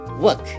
Work